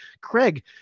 Craig